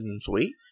Sweet